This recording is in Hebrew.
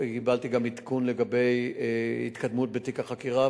קיבלתי גם עדכון לגבי התקדמות בתיק החקירה,